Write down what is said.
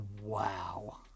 wow